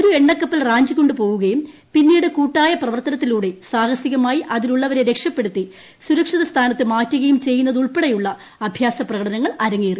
ഒരു എണ്ണ കപ്പൽ റാഞ്ചിക്കൊണ്ടു പോവുകയും പിന്നീട്ട് ് കൂട്ടായ പ്രവർത്തനത്തിലൂടെ സാഹസികമായി അതിലുള്ളവരെ രക്ഷപ്പെടുത്തി സുരക്ഷിത സ്ഥാനത്തു മാറ്റുകയും ചെയ്യുന്നതുൾപ്പെടെയുള്ള അഭ്യാസ പ്രകടനങ്ങൾ അരങ്ങേറി